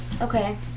Okay